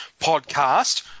podcast